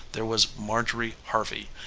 there was marjorie harvey,